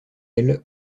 aile